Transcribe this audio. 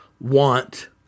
want